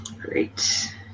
Great